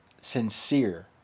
sincere